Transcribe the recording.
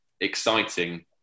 exciting